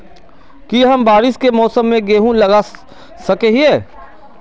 की हम बारिश के मौसम में गेंहू लगा सके हिए?